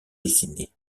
dessiner